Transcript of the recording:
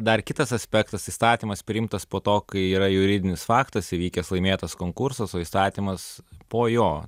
dar kitas aspektas įstatymas priimtas po to kai yra juridinis faktas įvykęs laimėtas konkursas o įstatymas po jo